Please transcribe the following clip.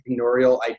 entrepreneurial